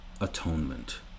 atonement